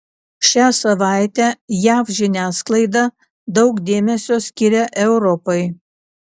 šią savaitę jav žiniasklaida daug dėmesio skiria europai